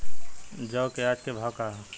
जौ क आज के भाव का ह?